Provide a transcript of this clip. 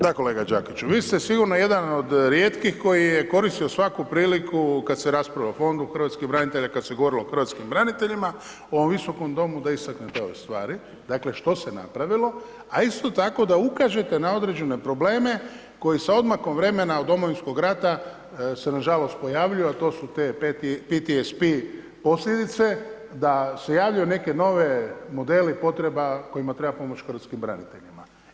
Da, kolega Đakiću, vi ste sigurno jedan od rijetkih koji je koristio svaku priliku kad se raspravlja o fondu hrvatskih branitelja, kad se govorilo o hrvatskim braniteljima u ovom Visokom domu da istaknete ove stvari, dakle što se napravilo, a isto tako da ukažete na određene probleme koje se odmakom vremena od Domovinskog rata se nažalost pojavljuju a to su te PTSP posljedice, da se javljaju neki novi modela potreba kojima treba pomoći hrvatskim braniteljima.